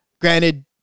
Granted